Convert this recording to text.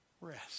Rest